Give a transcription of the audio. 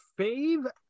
Fave